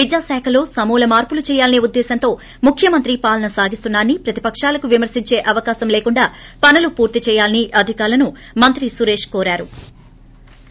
విద్యా శాఖలో సమూల మార్పులు చేయాలసే ఉద్దేశంతో ముఖ్యమంత్రి పాలన సాగిస్తున్నారని ప్రతిపకాలకు విమర్శించే అవకాశం లేకుండా పనులు పూర్తి చేయాలని అధికారులను మంత్రి సురేష్ కోరారు